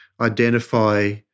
identify